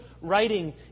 writing